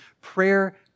prayer